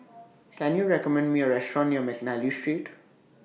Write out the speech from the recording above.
Can YOU recommend Me A Restaurant near Mcnally Street